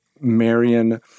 Marion